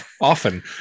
Often